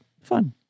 fun